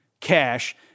cash